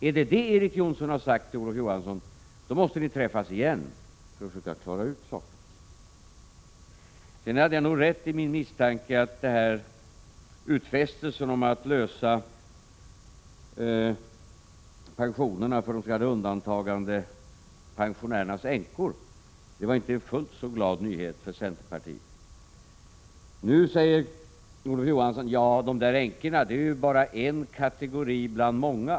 Är det detta Erik Jonsson har sagt till Olof Johansson, måste ni träffas igen för att försöka klara — Prot. 1986/87:48 ut saken. 12 december 1986 Jag hade nog rätt i min misstanke om att utfästelsen om att lösa fråganom NE pensionerna för änkorna till de s.k. undantagandepensionärerna inte var en fullt så glad nyhet för centerpartiet. Nu säger Olof Johansson: Ja, dessa änkor är bara en kategori bland många.